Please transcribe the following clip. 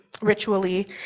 ritually